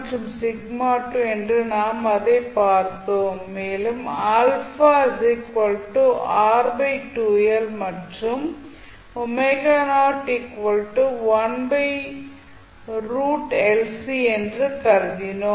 மற்றும் என்று நாம் அதைப் பார்த்தோம் மேலும் α மற்றும் என்று கருதினோம்